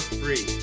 free